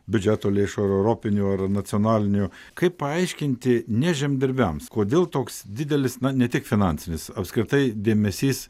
biudžeto lėšų ar europinių ar nacionalinių kaip paaiškinti ne žemdirbiams kodėl toks didelis na ne tik finansinis apskritai dėmesys